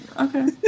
Okay